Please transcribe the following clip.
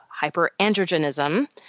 hyperandrogenism